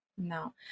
No